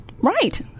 Right